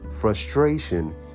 frustration